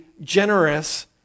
generous